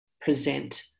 present